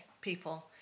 people